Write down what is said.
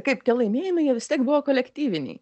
kaip tie laimėjimai jie vis tiek buvo kolektyviniai